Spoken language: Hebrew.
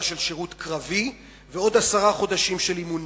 של שירות קרבי ועוד עשרה חודשי אימונים.